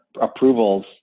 approvals